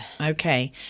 Okay